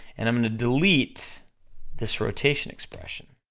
and i'm gonna delete this rotation expression,